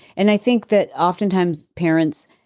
and i think that oftentimes parents,